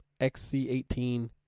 XC18